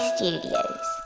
Studios